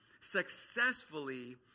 successfully